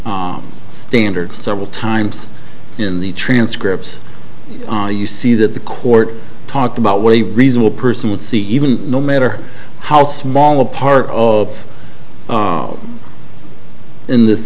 standard several times in the transcripts you see that the court talked about what a reasonable person would see even no matter how small a part of in this